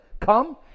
Come